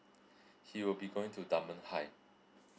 he will be going to dunman high